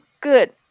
good